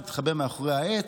התחבא מאחורי העץ,